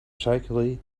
shakily